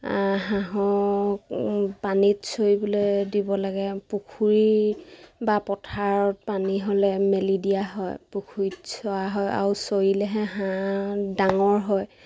হাঁহক পানীত চৰিবলৈ দিব লাগে পুখুৰী বা পথাৰত পানী হ'লে মেলি দিয়া হয় পুখুৰীত চোৱা হয় আৰু চৰিলেহে হাঁহ ডাঙৰ হয়